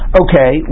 okay